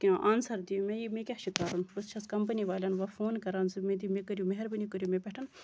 کیٚنٛہہ آنسر دِیو مےٚ مےٚ کیاہ چھُ کَرُن بہٕ چھَس کَمپٔنی والٮ۪ن وۄنۍ فون کران زِ مےٚ دِ مےٚ کٔرِو مہربٲنی کٔرِو مےٚ پٮ۪ٹھ